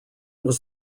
was